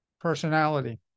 personality